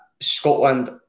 Scotland